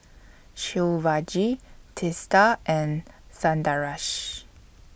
Shivaji Teesta and Sundaresh